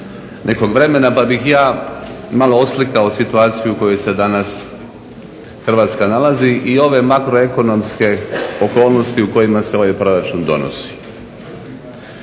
nekog vremena, pa bih ja malo oslikao situaciju u kojoj se danas Hrvatska nalazi i ove makroekonomske okolnosti u kojima se ovaj proračun donosi.